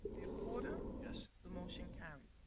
porter yes. the motion carries.